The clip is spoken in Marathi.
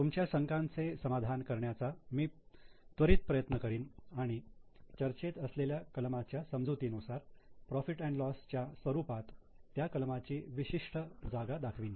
तुमच्या शंकांचे समाधान करण्याचा मी त्वरित प्रयत्न करीन आणि चर्चेत असलेल्या कलमाच्या समजुतीनुसार profit and loss profit loss च्या स्वरूपात त्या कलमाची विशिष्ट जागा दाखवीन